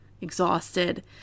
exhausted